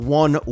one